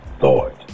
thought